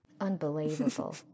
Unbelievable